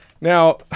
Now